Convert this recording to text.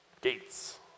Gates